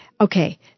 Okay